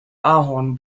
ahorn